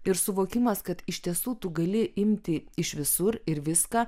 ir suvokimas kad iš tiesų tu gali imti iš visur ir viską